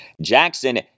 Jackson